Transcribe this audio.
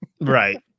right